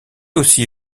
aussi